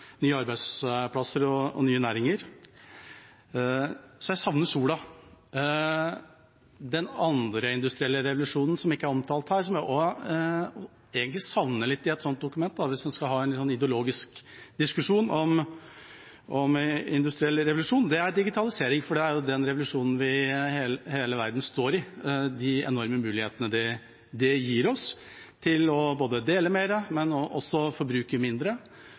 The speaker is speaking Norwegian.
nye arbeidsplasser og nye næringer. Så jeg savner sola. Den andre industrielle revolusjonen som ikke er omtalt her, og som jeg egentlig savner litt i et sånt dokument – hvis en skal ha en ideologisk diskusjon om industriell revolusjon – er digitalisering, for det er jo den revolusjonen hele verden står i, de enorme mulighetene det gir oss til både å dele mer, forbruke mindre